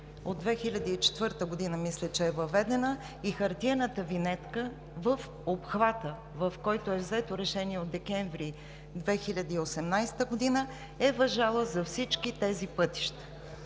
от 2004 г., мисля, че е въведена, и хартиената винетка в обхвата, в който е взето решение от месец декември 2018 г., е важала за всички тези пътища.